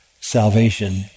salvation